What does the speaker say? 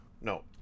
No